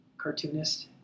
cartoonist